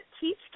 teach